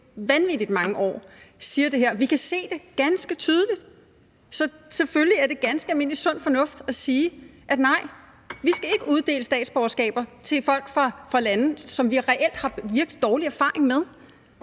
vanvittig mange år, skriver, og vi kan se det ganske tydeligt. Så selvfølgelig er det ganske almindelig sund fornuft at sige: Nej, vi skal ikke uddele statsborgerskaber til folk fra lande, som vi reelt har virkelig dårlige erfaringer med.